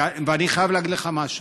ואני חייב להגיד לך משהו: